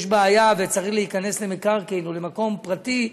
יש בעיה וצריך להיכנס למקרקעין או למקום פרטי,